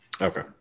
Okay